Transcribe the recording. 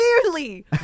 clearly